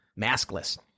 maskless